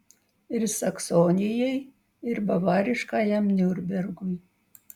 ir saksonijai ir bavariškajam niurnbergui